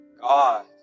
God